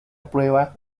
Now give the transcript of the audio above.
prueba